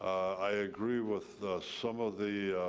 i agree with some of the